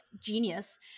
genius